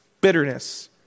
bitterness